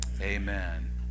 Amen